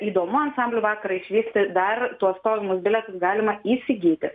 įdomu ansamblių vakarą išvysti dar tuos stovimus bilietus galima įsigyti